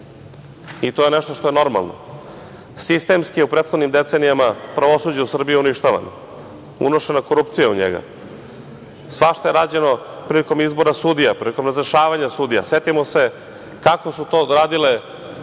To je nešto što je normalno. Sistemski je u prethodnim decenijama pravosuđe u Srbiji uništavano, unošena korupcija u njega. Svašta je rađeno prilikom izbora sudija, prilikom razrešavanja sudija. Setimo se kako su to odradile